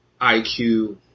IQ